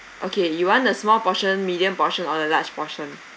okay you want a small portion medium portion or the large portion